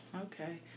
Okay